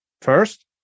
first